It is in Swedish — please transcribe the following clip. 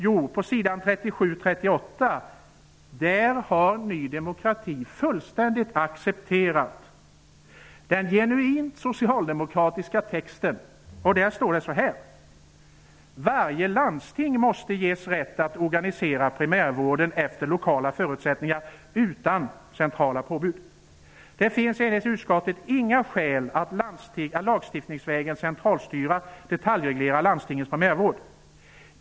Jo, på s. 37 och 38 har Ny demokrati fullständigt accepterat den genuint socialdemokratiska texten. Där står följande: ''Varje landsting måste ges rätt att organisera primärvården efter lokala förutsättningar utan centrala påbud. Det finns, enligt utskottet, inga skäl att lagstiftningsvägen centralstyra och detaljreglera landstingens primärvård.